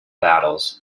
battles